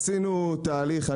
עשינו תהליך.